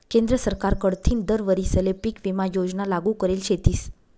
केंद्र सरकार कडथीन दर वरीसले पीक विमा योजना लागू करेल शेतीस